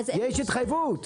יש התחייבות.